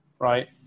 right